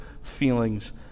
feelings